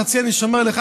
חצי אני שומר לך,